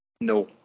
No